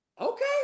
Okay